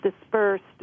dispersed